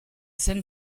scène